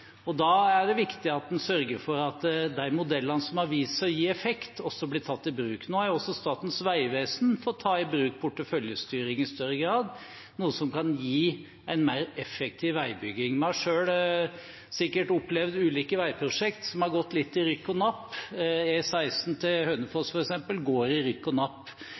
Da er det viktig at en sørger for at de modellene som har vist seg å gi effekt, blir tatt i bruk. Nå har også Statens vegvesen fått ta i bruk porteføljestyring i større grad, noe som kan gi en mer effektiv veibygging. Vi har selv sikkert opplevd ulike veiprosjekter som har gått litt i rykk og napp. E16 til Hønefoss går f.eks. i rykk og napp.